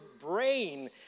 brain